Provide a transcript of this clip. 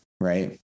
right